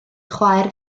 chwaer